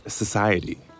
society